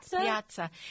Piazza